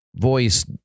voice